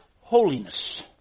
holiness